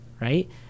right